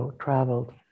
traveled